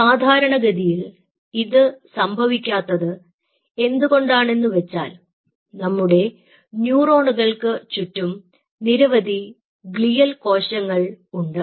സാധാരണഗതിയിൽ ഇത് സംഭവിക്കാത്തത് എന്തുകൊണ്ടാണെന്നുവെച്ചാൽ നമ്മുടെ ന്യൂറോണുകൾക്ക് ചുറ്റും നിരവധി ഗ്ലിയൽ കോശങ്ങൾ ഉണ്ട്